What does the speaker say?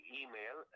email